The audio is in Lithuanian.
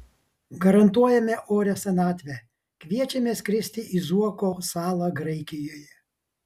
garantuojame orią senatvę kviečiame skristi į zuoko salą graikijoje